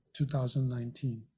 2019